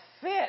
fit